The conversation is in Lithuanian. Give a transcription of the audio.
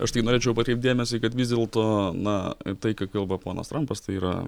aš tik norėčiau atkreipt dėmesį kad vis dėlto na tai ką kalba ponas trampas tai yra